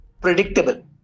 predictable